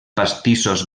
pastissos